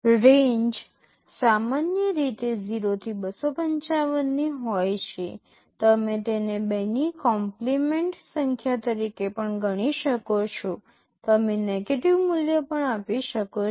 range સામાન્ય રીતે 0 થી 255 ની હોય છે તમે તેને 2 ની કમ્પલિમેન્ટ સંખ્યા તરીકે પણ ગણી શકો છો તમે નેગેટિવ મૂલ્ય પણ આપી શકો છો